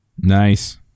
Nice